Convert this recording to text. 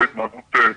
אחרי התנהגות טובה.